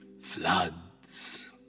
floods